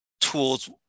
tools